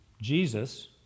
Jesus